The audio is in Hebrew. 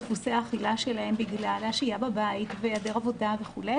דפוסי האכילה שלהם בגלל השהייה בבית והיעדר עבודה וכו'.